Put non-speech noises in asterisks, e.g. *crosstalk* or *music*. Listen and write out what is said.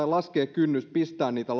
*unintelligible* laskee kynnys pistää niitä *unintelligible*